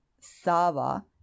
Sava